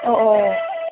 O ഓ